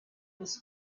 was